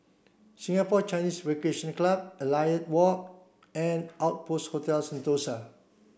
Singapore Chinese Recreation Club Elliot Walk and Outpost Hotel Sentosa